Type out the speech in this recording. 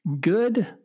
good